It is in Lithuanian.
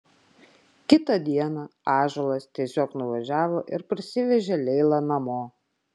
kitą dieną ąžuolas tiesiog nuvažiavo ir parsivežė leilą namo